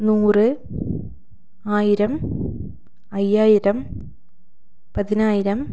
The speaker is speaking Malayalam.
നൂറ് ആയിരം അഞ്ചായിരം പതിനായിരം